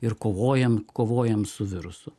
ir kovojam kovojam su virusu